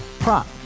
Prop